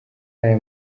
aya